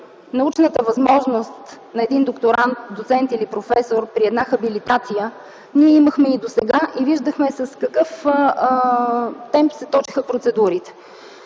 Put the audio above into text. научната възможност на един докторант, доцент или професор при една хабилитация, ние имахме и досега и виждахме с какъв темп се точеха процедурите.